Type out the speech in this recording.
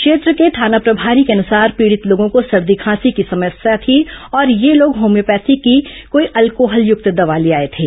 क्षेत्र के थाना प्रभारी के अनुसार पीड़ित लोगों को सर्दी खांसी की समस्या थी और ये लोग होम्योपैथी की कोई अल्कोहलयक्त दवा ले आए थे